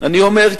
אני אומר,